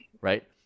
right